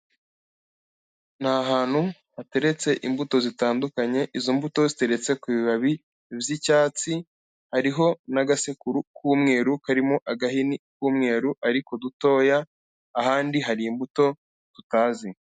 Ni ahantu hateretse imbuto zitandukanye, izo mbuto ziteretse ku bibabi by'icyatsi, hariho n'agasekuru k'umweru karimo agahini k'umweru ariko dutoya, ahandi hari imbuto tutazi.